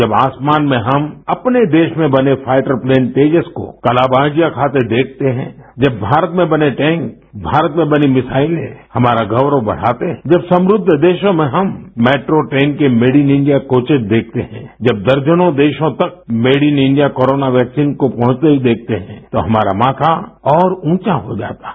जब आसमान में हम अपने देश में बने फाइटर प्लेन तेजस को कलाबाजियाँ खाते देखते हैं जब भारत में बने टैंक भारत में बनी मिसाइलें हमारा गौरव बढ़ाते हैं जब समृद्व देशों में हम मेट्रो ट्रेन के मेड इन इंडिया कोचेस देखते हैं जब दर्जनों देशों तक made in India corona vaccine को पहुँचते हुए देखते हैं तो हमारा माथा और रूचा हो जाता है